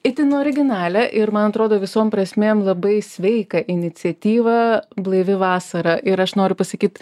itin originalią ir man atrodo visom prasmėm labai sveiką iniciatyvą blaivi vasara ir aš noriu pasakyt